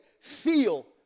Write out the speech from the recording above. Feel